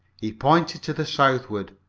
he pointed to the southward.